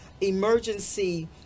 emergency